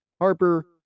Harper